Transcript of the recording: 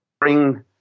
bring